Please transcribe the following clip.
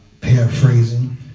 paraphrasing